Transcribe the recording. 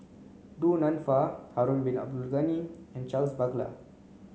Du Nanfa Harun Bin Abdul Ghani and Charles Paglar